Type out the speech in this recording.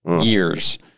years